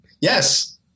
Yes